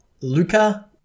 Luca